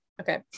Okay